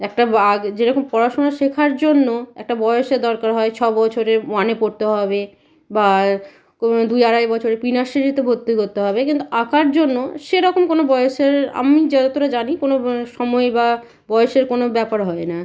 একটা বাগ যেরকম পড়াশুনা শেখার জন্য একটা বয়সের দরকার হয় ছ বছরে ওয়ানে পড়তে হবে বা কোনো দুই আড়াই বছরে প্রি নার্সারিতে ভর্তি করতে হবে কিন্তু আঁকার জন্য সেরকম কোনো বয়সের আমি যতোটা জানি কোনো ব সময় বা বয়েসের কোনো ব্যাপার হয় না